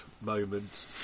moment